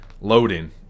loading